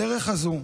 בדרך הזו,